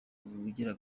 ubugira